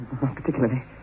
Particularly